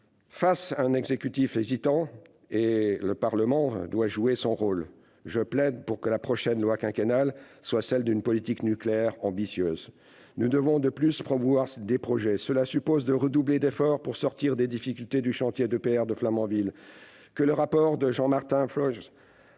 Face à un exécutif hésitant, le Parlement doit jouer tout son rôle : je plaide pour que la prochaine « loi quinquennale » soit celle d'une politique nucléaire ambitieuse. Nous devons, de plus, promouvoir des projets. Cela suppose de redoubler d'efforts pour sortir des difficultés du chantier de l'EPR de Flamanville,